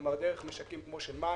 כלומר דרך משקים כמו מים,